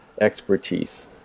expertise